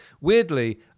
Weirdly